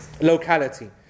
Locality